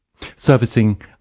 servicing